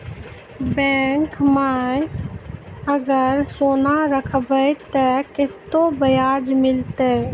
Bank माई अगर सोना राखबै ते कतो ब्याज मिलाते?